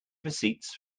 receipts